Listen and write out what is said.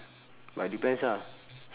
but depends ah